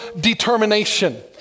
determination